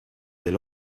del